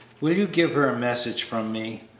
will you give her a message from me,